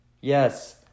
Yes